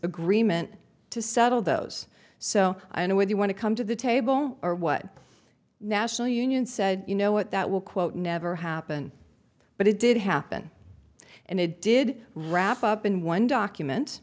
agreement to settle those so i know what you want to come to the table or what national union said you know what that will quote never happen but it did happen and it did wrap up in one document